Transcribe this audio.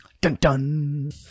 Dun-dun